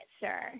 sir